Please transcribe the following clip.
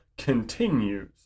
continues